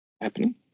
happening